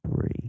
three